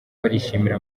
barishimira